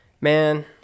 Man